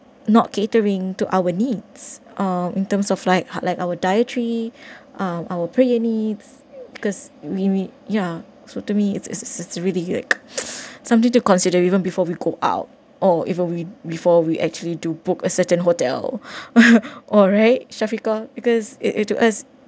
not catering to our needs uh in terms of like like our dietary uh our prayer needs because we we ya so to me it's it's really like something to consider even before we go out or if uh we before we actually do book a certain hotel alright shafiqah because it it to us